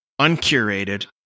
uncurated